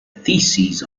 thesis